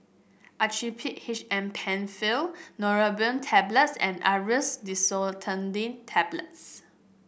Actrapid H M Penfill Neurobion Tablets and Aerius DesloratadineTablets